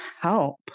help